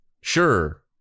Sure